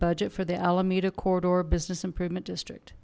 budget for the alameda corridor business improvement district